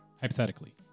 hypothetically